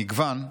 'מגוון',